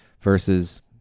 versus